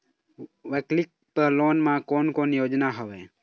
वैकल्पिक लोन मा कोन कोन योजना हवए?